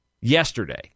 yesterday